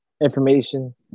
information